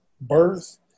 birth